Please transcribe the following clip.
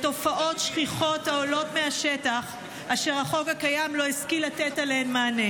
התשפ"ג 2023, של חברת הכנסת לימור סון הר מלך.